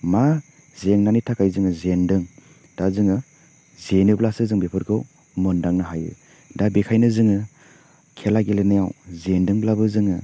मा जेंनानि थाखाय जोङो जेन्दों दा जोङो जेनोब्लासो जों बेफोरखौ मोनदांनो हायो दा बेखायनो जोङो खेला गेलेनायाव जेन्दोंब्लाबो जोङो